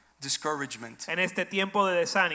discouragement